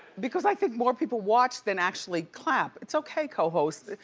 because i think more people watch than actually clap. it's okay co-hosts.